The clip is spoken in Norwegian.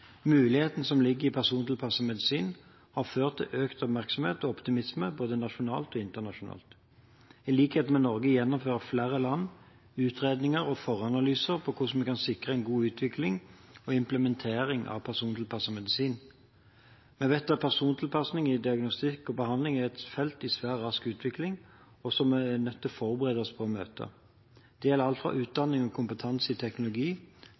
som ligger i persontilpasset medisin, har ført til økt oppmerksomhet og optimisme både nasjonalt og internasjonalt. I likhet med Norge gjennomfører flere land utredninger og foranalyser for hvordan vi kan sikre en god utvikling og implementering av persontilpasset medisin. Vi vet at persontilpasning i diagnostikk og behandling er et felt i svært rask utvikling, og som vi er nødt til å forberede oss på å møte. Det gjelder alt fra utdanning og kompetanse til teknologi,